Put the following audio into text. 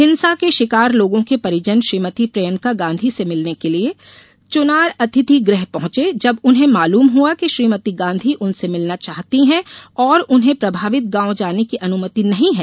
हिंसा के शिकार लोगों के परिजन श्रीमती प्रियंका गांधी से मिलने के लिए चुनार अतिथि गृह पहुंचे जब उन्हें मालूम हुआ कि श्रीमती गांधी उनसे मिलना चाहती है और उन्हें प्रभावित गांव जाने की अनुमति नहीं है